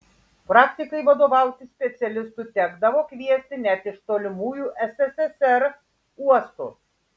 praktikai vadovauti specialistų tekdavo kviestis net iš tolimiausių sssr uostų